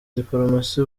dipolomasi